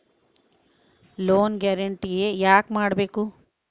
Loan guarantee ಯಾಕ್ ಕೊಡ್ಬೇಕು?